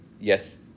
yes